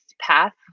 path